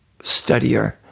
studier